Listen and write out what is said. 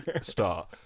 start